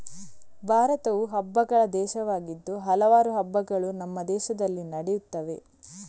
ಭಾರತವು ಹಬ್ಬಗಳ ದೇಶವಾಗಿದ್ದು ಹಲವಾರು ಹಬ್ಬಗಳು ನಮ್ಮ ದೇಶದಲ್ಲಿ ನಡೆಯುತ್ತವೆ